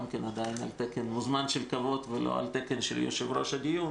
כן על תקן מוזמן של כבוד ולא על תקן יושב-ראש הדיון